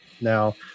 Now